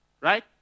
Right